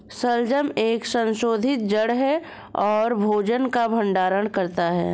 शलजम एक संशोधित जड़ है और भोजन का भंडारण करता है